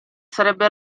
sarebbe